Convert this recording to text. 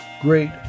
great